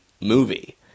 movie